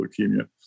leukemia